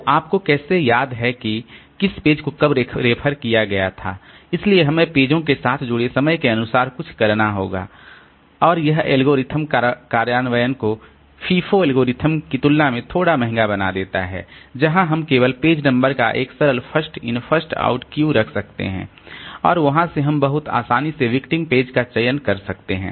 तो आपको यह कैसे याद है कि किस पेज को कब रेफर किया गया था इसलिए हमें पेजों के साथ जुड़े समय के अनुसार कुछ करना होगा और वह एल्गोरिथ्म कार्यान्वयन को फीफो एल्गोरिथम की तुलना में थोड़ा महंगा बना देता है जहां हम केवल पेज नंबर का एक सरल first in first out queue रख सकते हैं और वहाँ से हम बहुत आसानी से विक्टिम पेज का चयन कर सकते हैं